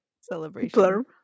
celebration